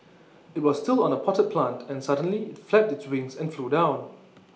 IT was still on A potted plant and suddenly IT flapped its wings and flew down